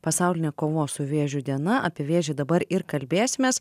pasaulinė kovos su vėžiu diena apie vėžį dabar ir kalbėsimės